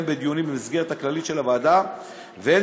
הן בדיונים במסגרת הכללית של הוועדה והן